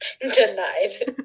Denied